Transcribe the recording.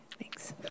Thanks